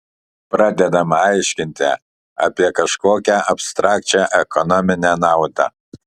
pradedama aiškinti apie kažkokią abstrakčią ekonominę naudą